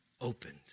opened